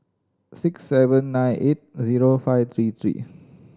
six seven nine eight zero five three three